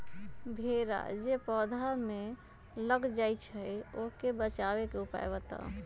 भेरा जे पौधा में लग जाइछई ओ से बचाबे के उपाय बताऊँ?